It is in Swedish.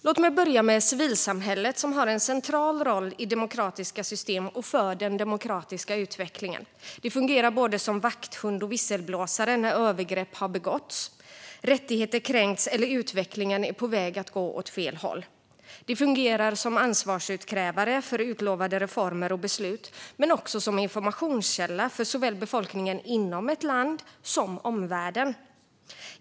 Låt mig börja med civilsamhället, som har en central roll i demokratiska system och för den demokratiska utvecklingen. Det fungerar som både vakthund och visselblåsare när övergrepp har begåtts, rättigheter kränkts eller utvecklingen är på väg att gå åt fel håll. Det fungerar som ansvarsutkrävare för utlovade reformer och beslut men också som informationskälla för såväl befolkningen inom ett land som omvärlden.